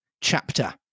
chapter